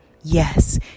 Yes